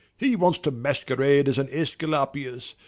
he wants to masquerade as an aesculapius,